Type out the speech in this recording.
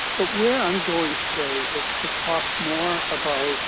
but where i'm going today is to talk more about